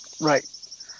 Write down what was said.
Right